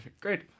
Great